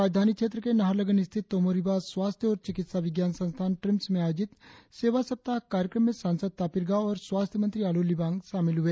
राजधानी क्षेत्र के नाहरलगुन स्थित तोमो रिबा स्वास्थ्य और चिकित्सा विज्ञान संस्थान ट्रिम्स में आयोजित सेवा सप्ताह कार्यक्रम में सांसद तापिर गाव और स्वास्थ्य मंत्री आलो लिबांग शामिल हुए